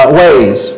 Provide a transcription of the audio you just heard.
ways